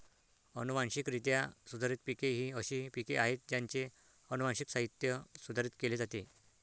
अनुवांशिकरित्या सुधारित पिके ही अशी पिके आहेत ज्यांचे अनुवांशिक साहित्य सुधारित केले जाते